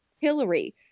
Hillary